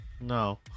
No